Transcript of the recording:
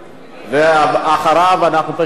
אחריו אנחנו פשוט מצביעים.